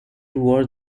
reward